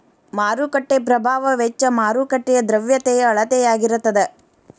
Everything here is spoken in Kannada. ಮಾರುಕಟ್ಟೆ ಪ್ರಭಾವ ವೆಚ್ಚ ಮಾರುಕಟ್ಟೆಯ ದ್ರವ್ಯತೆಯ ಅಳತೆಯಾಗಿರತದ